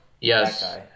Yes